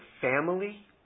family